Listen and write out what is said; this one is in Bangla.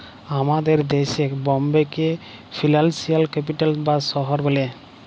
আমাদের দ্যাশে বম্বেকে ফিলালসিয়াল ক্যাপিটাল বা শহর ব্যলে